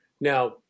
Now-